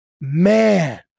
man